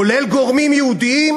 כולל גורמים יהודיים,